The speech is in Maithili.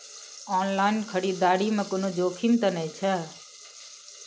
ऑनलाइन खरीददारी में कोनो जोखिम त नय छै?